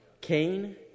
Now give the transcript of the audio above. Cain